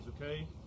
okay